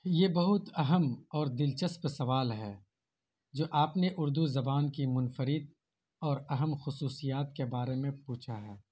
یہ بہت اہم اور دلچسپ سوال ہے جو آپ نے اردو زبان کی منفرد اور اہم خصوصیات کے بارے میں پوچھا ہے